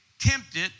Tempted